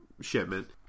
shipment